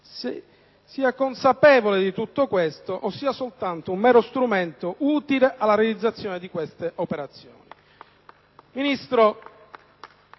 sia consapevole di tutto questo o sia soltanto un mero strumento utile alla realizzazione di tali operazioni. Signora